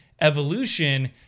evolution